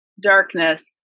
darkness